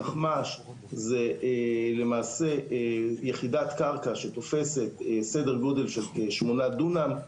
תחמ"ש זה למעשה יחידת קרקע שתופסת סדר גודל של שמונה דונם,